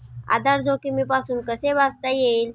आधार जोखमीपासून कसे वाचता येईल?